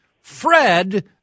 Fred